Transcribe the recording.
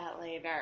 later